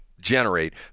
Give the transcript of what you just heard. generate